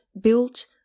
built